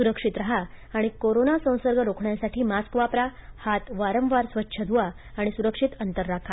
सुरक्षित राहा आणि कोरोना संसर्ग रोखण्यासाठी मास्क वापरा हात वारंवार स्वच्छ धुवा आणि सुरक्षित अंतर राखा